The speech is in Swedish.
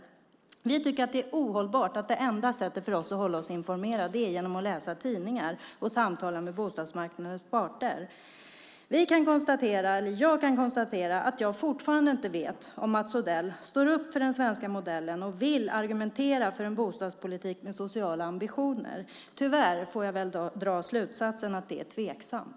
Vi tycker att det är ohållbart att det enda sättet för oss att hålla oss informerade är genom att läsa tidningar och samtala med bostadsmarknadens parter. Jag kan konstatera att jag fortfarande inte vet om Mats Odell står upp för den svenska modellen och vill argumentera för en bostadspolitik med sociala ambitioner. Tyvärr får jag väl dra slutsatsen att det är tveksamt.